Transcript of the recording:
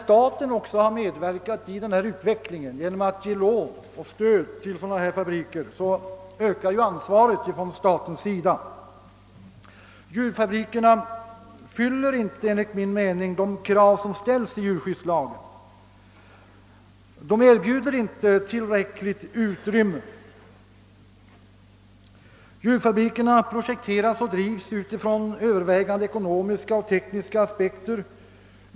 Men eftersom staten har medverkat till denna utveckling genom att ge lån och stöd till s.k. djurfabriker, så ökar också statens ansvar. Enligt min mening fyller inte djurfabrikerna de krav som uppställes i djurskyddslagen. De erbjuder inte djuren tillräckliga utrymmen. Djurfabrikerna projekteras och drives utifrån övervägande ekonomiska och tekniska aspekter.